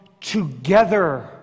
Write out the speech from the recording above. together